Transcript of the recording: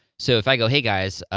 so if i go, hey guys,